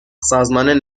سازمان